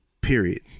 period